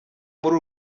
muri